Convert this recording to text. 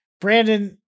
Brandon